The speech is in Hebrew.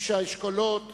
איש האשכולות,